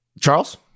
Charles